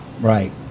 Right